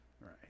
Right